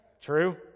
True